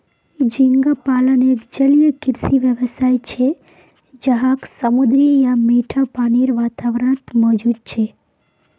झींगा पालन एक जलीय कृषि व्यवसाय छे जहाक समुद्री या मीठा पानीर वातावरणत मौजूद छे